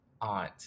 aunt